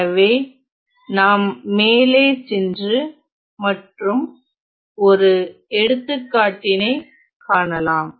எனவே நாம் மேலே சென்று மற்றும் ஒரு எடுத்துக்காட்டினை காணலாம்